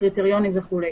הקריטריונים וכו'.